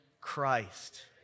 Christ